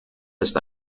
ist